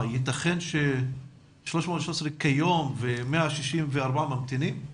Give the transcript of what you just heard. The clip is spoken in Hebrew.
ייתכן ש-313 כיום ו-164 ממתינים?